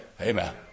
Amen